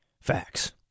Facts